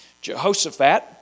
Jehoshaphat